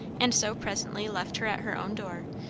and so presently left her at her own door,